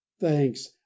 thanks